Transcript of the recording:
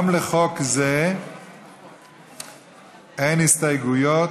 גם לחוק זה אין הסתייגויות.